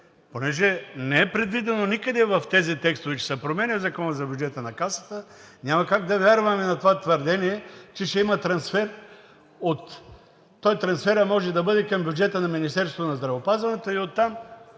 като не е предвидено никъде в тези текстове, че се променя Законът за бюджета на Касата, няма как да вярваме на това твърдение, че ще има трансфер от... Той трансферът може да бъде към бюджета на Министерството на здравеопазването и оттам